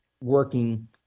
working